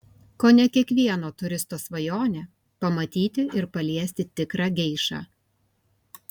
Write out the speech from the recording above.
kone kiekvieno turisto svajonė pamatyti ir paliesti tikrą geišą